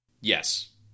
Yes